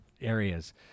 areas